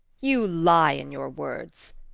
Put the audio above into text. you lie in your words.